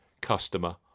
customer